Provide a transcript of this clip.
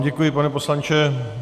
Děkuji vám, pane poslanče.